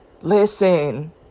Listen